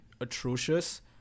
atrocious